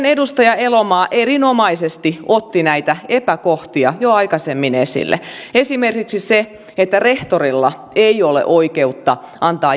edustaja elomaa erinomaisesti otti näitä epäkohtia jo aikaisemmin esille esimerkiksi sen että rehtorilla ei ole oikeutta antaa